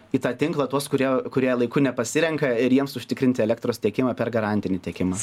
į tą tinklą tuos kurie kurie laiku nepasirenka ir jiems užtikrinti elektros tiekimą per garantinį tiekimą